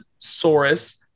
Saurus